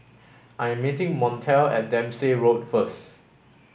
I am meeting Montel at Dempsey Road first